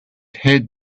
hid